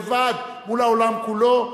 לבד מול העולם כולו,